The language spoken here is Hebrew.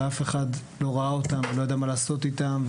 ואף אחד לא ראה אותם ולא ידע מה לעשות איתם,